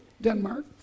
Denmark